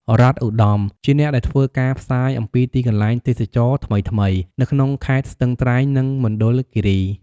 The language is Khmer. រដ្ឋ ឧត្តម ជាអ្នកដែលធ្វើការផ្សាយអំពីទីកន្លែងទេសចរណ៍ថ្មីៗនៅក្នុងខេត្តស្ទឹងត្រែង និងមណ្ឌលគិរី។